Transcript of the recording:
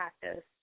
practice